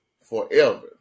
forever